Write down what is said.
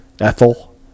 Ethel